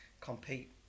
compete